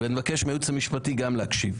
אני מבקש מהייעוץ המשפטי להקשיב.